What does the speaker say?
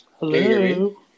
Hello